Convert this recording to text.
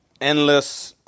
endless